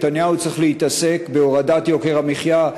נתניהו צריך להתעסק בהורדת יוקר המחיה,